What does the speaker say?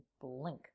blink